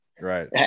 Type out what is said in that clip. right